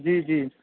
جی جی